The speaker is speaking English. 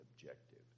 objective